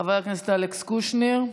חבר הכנסת אלכס קושניר,